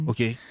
Okay